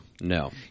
No